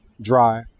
dry